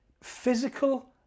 Physical